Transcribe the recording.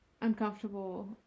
uncomfortable